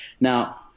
now